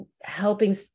helping